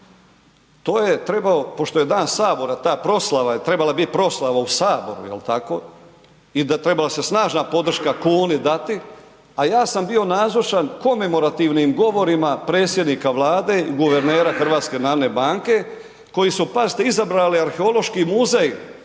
to je trebalo, pošto je Dan Sabora ta proslava je trebala biti proslava u Saboru i trebala se snažna podrška kuni dati a ja sam bio nazočan komemorativnim govorima predsjednika Vlade i guvernera HNB-a koji su pazite izabrali Arheološki muzej